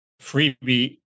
freebie